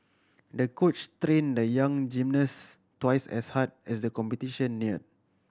the coach train the young gymnast twice as hard as the competition near